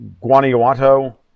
Guanajuato